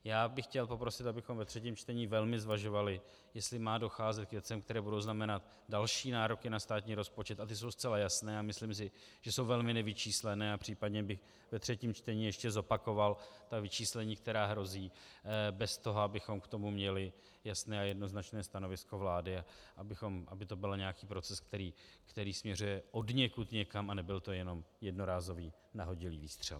Já bych chtěl poprosit, abychom ve třetí čtení velmi zvažovali, jestli má docházet k věcem, které budou znamenat další nároky na státní rozpočet a ty jsou zcela jasné a myslím si, že jsou velmi nevyčíslené, případně bych ve třetím čtení ještě zopakoval ta vyčíslení, která hrozí , bez toho, abychom k tomu měli jasné a jednoznačné stanovisko vlády a aby to byl nějaký proces, který směřuje odněkud někam, a nebyl to jenom jednorázový, nahodilý výstřel.